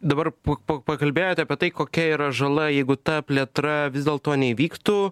dabar pa pakalbėjote apie tai kokia yra žala jeigu ta plėtra vis dėlto neįvyktų